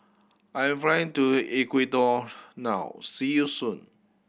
I am flying to Ecuador now see you soon